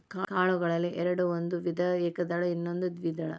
ಕಾಳುಗಳಲ್ಲಿ ಎರ್ಡ್ ಒಂದು ವಿಧ ಏಕದಳ ಇನ್ನೊಂದು ದ್ವೇದಳ